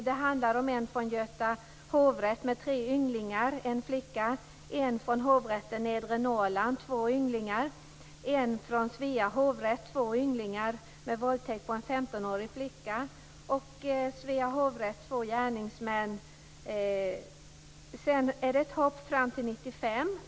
Det handlar om en från Göta hovrätt med tre ynglingar och en flicka, en från Hovrätten för Sedan är det ett hopp från 1989 till 1995.